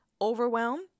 overwhelm